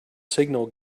signal